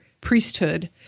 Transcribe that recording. priesthood